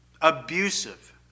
abusive